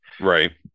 right